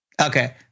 Okay